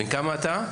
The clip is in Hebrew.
בן כמה אתה?